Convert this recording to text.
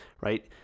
right